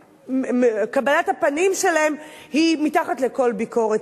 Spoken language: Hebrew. קבלת הפנים להם היא מתחת לכל ביקורת.